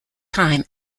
time